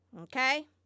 Okay